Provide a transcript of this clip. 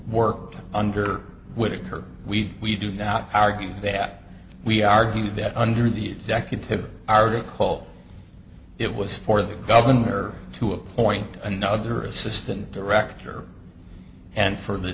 work under would occur we we do not argue that we argue that under the executive are to call it was for the governor to appoint another assistant director and for the